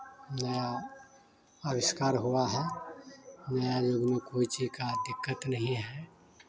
नया अविष्कार हुआ है नया युग में कोई चीज़ का दिक्कत नहीं है